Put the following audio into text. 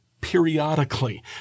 periodically